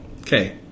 Okay